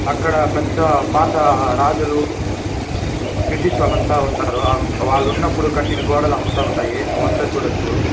అక్కడ పెద్ద పాత రాజులు బ్రిటిష్ వాళ్ళంతా ఉంటారు వాళ్లున్నప్పుడు కట్టిన గోడలు అవంతా ఉంటాయి అవంతా చూడచ్చు